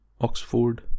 oxford